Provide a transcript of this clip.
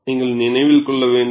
நீங்கள் நினைவில் கொள்ள வேண்டும்